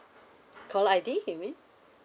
caller I_D you mean